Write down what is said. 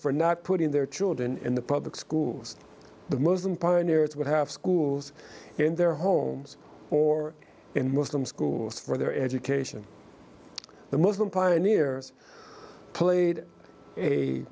for not putting their children in the public schools the muslim pioneers would have schools in their homes or in muslim schools for their education the muslim pioneers played a